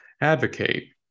advocate